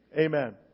Amen